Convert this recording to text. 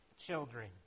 children